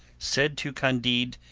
said to candide